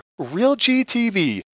RealGTV